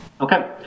Okay